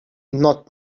not